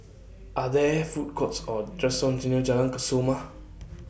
Are There Food Courts Or restaurants near Jalan Kesoma